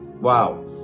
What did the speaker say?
Wow